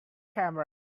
camera